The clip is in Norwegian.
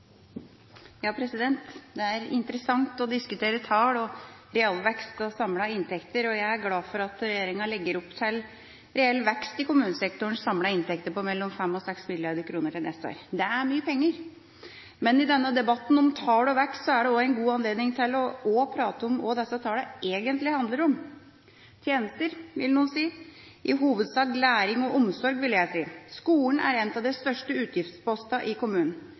interessant å diskutere tall, realvekst og samlede inntekter, og jeg er glad for at regjeringa legger opp til en reell vekst på mellom 5 og 6 mrd. kr i kommunesektorens samlede inntekter neste år. Det er mye penger. Men i denne debatten om tall og vekst er det også en god anledning til også å prate om hva disse tallene egentlig handler om. Tjenester, vil noen si. Jeg vil si at de handler om læring og omsorg i hovedsak. Skolen er en av de største utgiftspostene i kommunen.